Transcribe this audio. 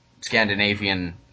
scandinavian